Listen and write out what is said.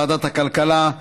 ועדת הכלכלה,